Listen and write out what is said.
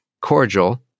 cordial